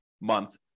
month